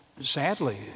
sadly